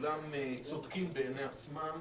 שכולם צודקים בעיני עצמם.